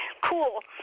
cool